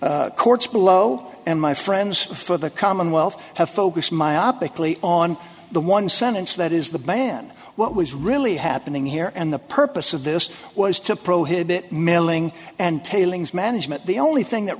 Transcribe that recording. the courts below and my friends for the commonwealth have focused myopically on the one sentence that is the ban what was really happening here and the purpose of this was to prohibit mailing and tailings management the only thing that